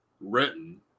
written